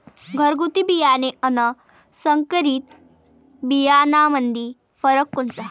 घरगुती बियाणे अन संकरीत बियाणामंदी फरक कोनचा?